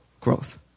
growth